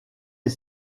est